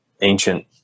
ancient